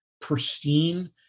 pristine